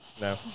no